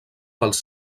pels